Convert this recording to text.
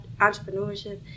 entrepreneurship